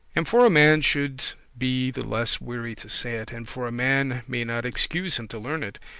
and for a man should be the less weary to say it and for a man may not excuse him to learn it,